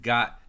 Got